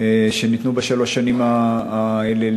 שניתנו בשלוש השנים האלה,